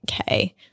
okay